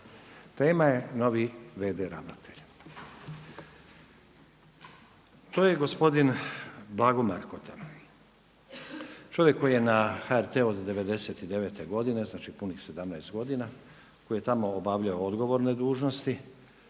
Tema je novi VD ravnatelj. To je gospodin Blago Markota. Čovjek koji je na HRT-u od 99. godine, znači punih 17 godina. Koji je tamo obavljao odgovorne dužnosti